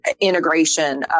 integration